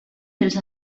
dels